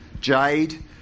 Jade